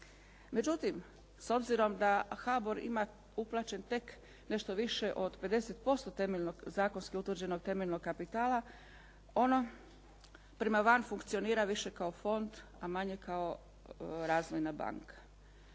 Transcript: Međutim, s obzirom da HBOR uplaćen tek nešto više od 50% zakonski utvrđenog temeljnog kapitala, ono prema van funkcionira više kao fond, a manje kao razvojna banka.